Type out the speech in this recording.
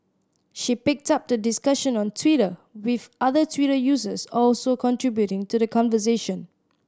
she picked up the discussion on Twitter with other Twitter users also contributing to the conversation